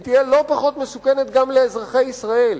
היא תהיה לא פחות מסוכנת גם לאזרחי ישראל.